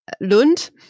Lund